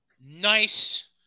nice